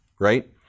right